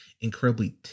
incredibly